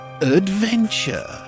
ADVENTURE